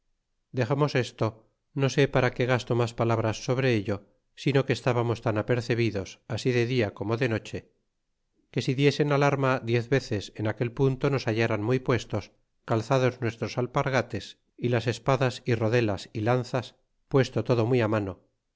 dexemos esto no sé para qué gasto mas palabras sobre ello sino que estábamos tan apercebidos así de dia como de noche que si diesen al arma diez veces en aquel punto nos hallaran muy puestos calzados nuestros alpargates y las espadas y rodelas y lanzas puesto todo muy á mano